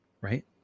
Right